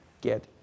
get